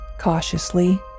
Cautiously